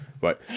Right